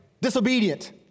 Disobedient